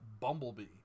Bumblebee